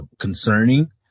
concerning